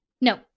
No